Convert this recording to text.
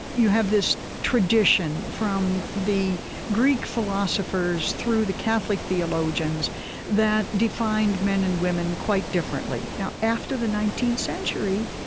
you have this tradition from the greek philosophers through the catholic theologians that defined men and women quite differently. now, after the nineteenth century,